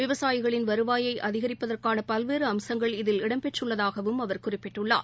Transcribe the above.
விவசாயிகளின் வருவாயை அதிகரிப்பதற்கான பல்வேறு அம்சங்கள் இதில் இடம்பெற்றுள்ளதாகவும் அவர் குறிப்பிட்டுள்ளார்